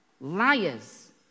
liars